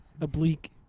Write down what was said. Oblique